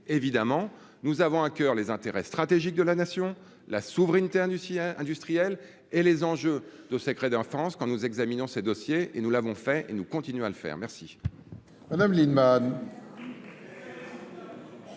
évidemment, nous avons à coeur les intérêts stratégiques de la nation, la souveraineté industrie un industriel et les enjeux de secrets d'enfance quand nous examinons ces dossiers et nous l'avons fait et nous continuons à le faire, merci